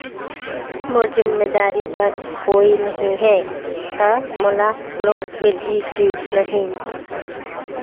मोर जिम्मेदारी बर कोई नहीं हे त मोला लोन मिलही की नहीं?